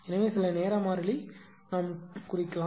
எனவே சில நேர மாறிலி நாம் குறிக்க செய்யலாம்